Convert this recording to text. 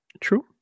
True